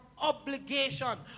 obligation